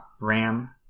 Ram